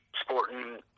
sporting